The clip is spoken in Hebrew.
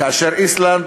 כאשר איסלנד,